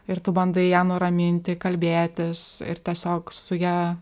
ir tu bandai ją nuraminti kalbėtis ir tiesiog su ja